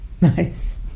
Nice